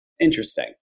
Interesting